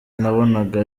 nabonaga